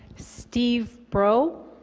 steve broe